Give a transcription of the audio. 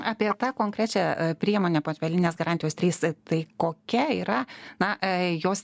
apie tą konkrečią priemonę portfelinės garantijos trys tai kokia yra na jos